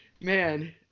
Man